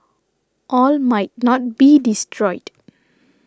all might not be destroyed